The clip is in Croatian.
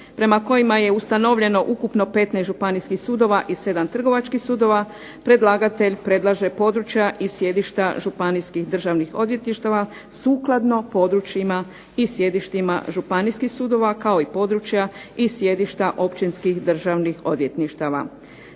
prema kojima je ustanovljeno ukupno 15 županijskih sudova i 7 trgovačkih sudova predlagatelj predlaže područja i sjedišta županijskih državnih odvjetništava sukladno područjima i sjedištima županijskih sudova kao i područja i sjedišta općinskih državnih odvjetništava.